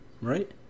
Right